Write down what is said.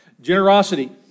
generosity